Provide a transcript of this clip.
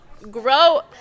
Grow